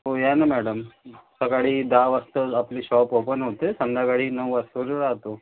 हो या नं मॅडम सकाळी दहा वाजता आपली शॉप ओपन होते संध्याकाळी नऊ वाजता राहतो